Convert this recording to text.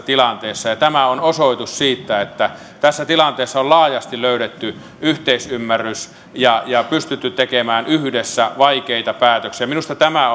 tilanteessa tämä on osoitus siitä että tässä tilanteessa on laajasti löydetty yhteisymmärrys ja ja pystytty tekemään yhdessä vaikeita päätöksiä minusta tämä